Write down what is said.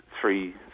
three